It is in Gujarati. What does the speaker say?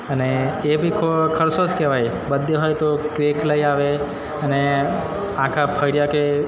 અને એ બી કો ખર્ચો જ કહેવાય બરદે હોય તો કેક લઈ આવે અને આખા ફળિયા કે